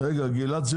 אני שמח להיות פה.